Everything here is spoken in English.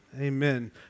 Amen